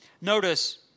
Notice